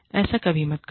ऐसा कभी मत करो